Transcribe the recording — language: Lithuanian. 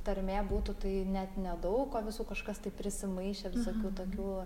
tarmė būtų tai net nedaug o visų kažkas tai prisimaišę visokių tokių